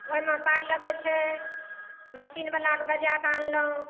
ओहिमे पाइ लगै छै मशीन बलाके बजाए कऽ आनलहुॅं